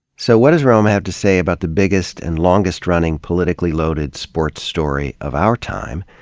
so, what does rome have to say about the biggest and longest running politically-loaded sports story of our time,